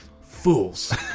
fools